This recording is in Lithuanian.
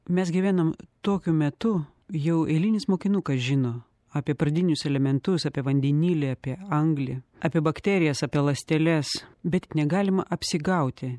mes gyvenam tokiu metu jau eilinis mokinukas žino apie pradinius elementus apie vandenilį apie anglį apie bakterijas apie ląsteles bet negalima apsigauti